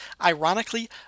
ironically